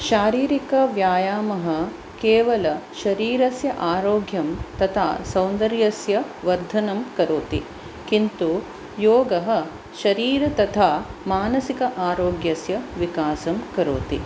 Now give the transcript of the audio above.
शारीरिकव्यायामः केवलं शरीरस्य आरोग्यं तथा सौन्दर्यस्य वर्धनं करोति किन्तु योगः शरीर तथा मानसिक आरोग्यस्य विकासं करोति